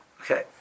Okay